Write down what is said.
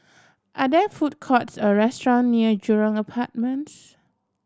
are there food courts or restaurant near Jurong Apartments